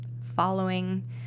following